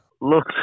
Look